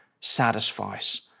satisfies